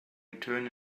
return